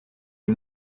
les